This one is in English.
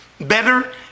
better